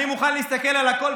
אני מוכן להסתכל על הכול,